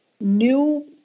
new